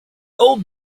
old